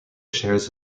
shares